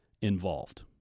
involved